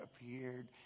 appeared